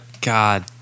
god